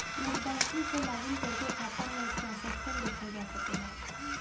net banking से login करके खाता में ट्रांसैक्शन देखल जा सकला